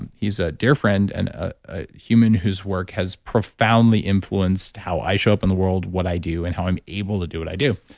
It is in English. and he's a dear friend and a human whose work has profoundly influenced how i show up in the world, what i do, and how i'm able to do what i do.